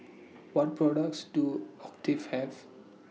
What products Do Have